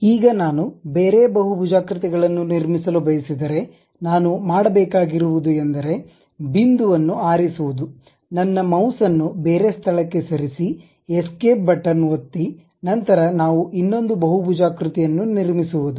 ಈಗ ನಾನು ಬೇರೆ ಬಹುಭುಜಾಕೃತಿಗಳನ್ನು ನಿರ್ಮಿಸಲು ಬಯಸಿದರೆ ನಾನು ಮಾಡಬೇಕಾಗಿರುವುದು ಎಂದರೆ ಬಿಂದುವನ್ನು ಆರಿಸುವುದು ನನ್ನ ಮೌಸ್ ಅನ್ನು ಬೇರೆ ಸ್ಥಳಕ್ಕೆ ಸರಿಸಿ ಎಸ್ಕೇಪ್ ಬಟನ್ ಒತ್ತಿ ನಂತರ ನಾವು ಇನ್ನೊಂದು ಬಹುಭುಜಾಕೃತಿಯನ್ನು ನಿರ್ಮಿಸುವದು